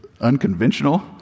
unconventional